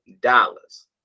dollars